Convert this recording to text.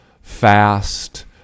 fast